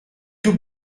tout